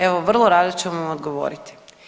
Evo vrlo rado ću vam odgovoriti.